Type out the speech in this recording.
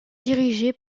dirigée